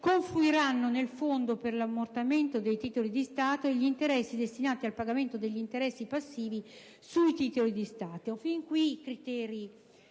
confluiranno nel Fondo per l'ammortamento dei titoli di Stato e gli interessi destinati al pagamento degli interessi passivi sui titoli di Stato. Fin qui, i criteri